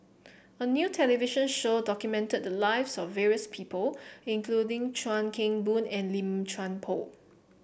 a new television show documented the lives of various people including Chuan Keng Boon and Lim Chuan Poh